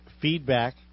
feedback